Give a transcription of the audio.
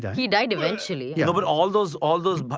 yeah he died eventually you know but all those all those but